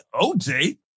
OJ